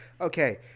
okay